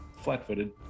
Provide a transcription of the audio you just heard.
flat-footed